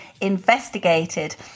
investigated